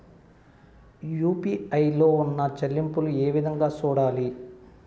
UPI లో ఉన్న చెల్లింపులు ఏ విధంగా సూడాలి